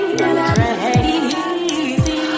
crazy